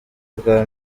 bwa